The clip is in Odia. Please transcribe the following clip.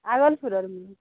ଆଗଲ୍ ସୁରଭି